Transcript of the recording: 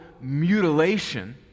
mutilation